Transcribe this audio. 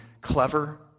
clever